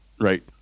right